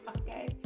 Okay